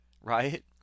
Right